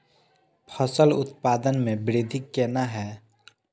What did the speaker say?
फसल उत्पादन में वृद्धि केना हैं?